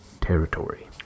territory